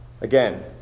again